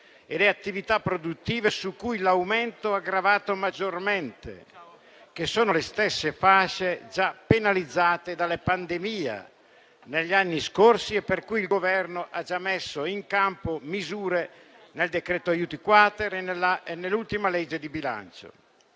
e le attività produttive su cui l'aumento ha gravato maggiormente, che sono le stesse fasce già penalizzate dalla pandemia negli anni scorsi e per cui il Governo ha già messo in campo misure nel decreto aiuti-*quater* e nell'ultima legge di bilancio.